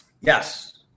Yes